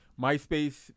MySpace